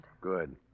Good